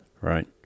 right